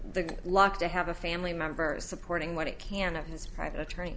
good luck to have a family member supporting what a can of his private attorney